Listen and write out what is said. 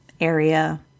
area